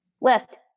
Left